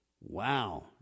Wow